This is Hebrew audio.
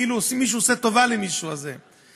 כאילו מישהו עושה טובה למישהו הזה,